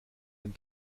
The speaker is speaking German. den